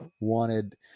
wanted